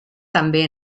també